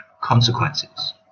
consequences